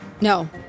No